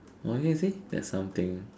okay see there's some thing